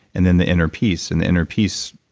and then the inner peace and the inner peace,